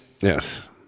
Yes